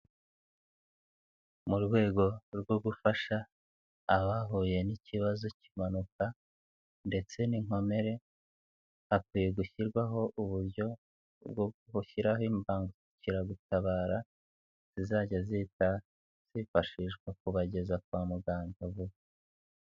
Mu rwego rwo gufasha abahuye n'ikibazo k'impanuka ndetse n'inkomere hakwiye gushyirwaho uburyo bwo gushyiraho imbangukiragutabara zizajya zihita zifashishwa kubageza kwa muganga vuba.